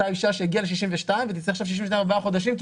אותה אישה שהגיעה לגיל 62 ותצטרך עכשיו לחכות לגיל 62 וארבעה חודשים,